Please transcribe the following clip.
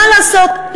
מה לעשות,